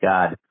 God